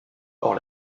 hors